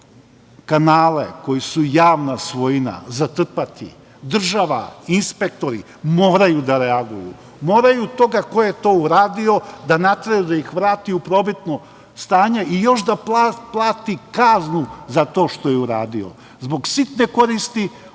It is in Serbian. kanale koji su javna svojina zatrpati. Država, inspektori, moraju da reaguju. Moraju toga ko je to uradio da nateraju da ih vrati u prvobitno stanje i još da plati kaznu za to što je uradio. Zbog sitne koristi